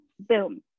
boom